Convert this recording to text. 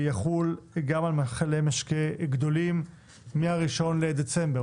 יחול גם על מכלי משקה גדולים מ-1 בדצמבר,